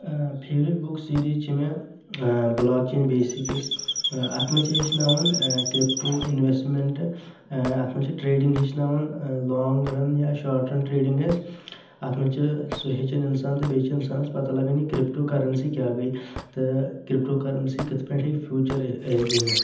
favourite book سیزیٖز چھِ مےٚ بلاک چین بیسکس اتھ منٛز چھِ ہیٚچھناوان کرپٹو اِنویستمیٚنٹ اتھ منٛز چھ ٹریڈنٛگ ہیٚچھناوان لانگ رن یا شاٹ رن ٹریڈنٛگ آسہِ اتھ منٛز چھِ سُہ ہیٚچھان انسان تہٕ بیٚیہِ چھِ انسانس پتہ لگان یہِ کرپٹو کرنسی کیٛاہ گٔے تہٕ کرپٹو کرنسی کتھ پٲٹھۍ ہٮ۪کہِ فیوٗچر بٔنِتھ